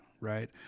right